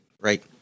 right